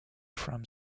from